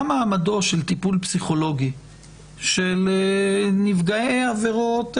היא מה מעמדו של טיפול פסיכולוגי של נפגעי עבירות,